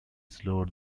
slower